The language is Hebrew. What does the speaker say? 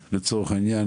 לוולונטרי.